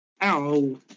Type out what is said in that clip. Ow